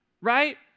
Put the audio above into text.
right